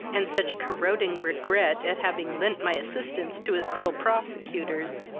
and such corroding regret at having lent my assistance to his cruel prosecutors,